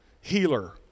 healer